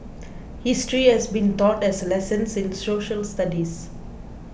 history has been taught as 'lessons' in social studies